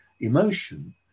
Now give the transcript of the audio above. emotion